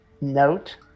note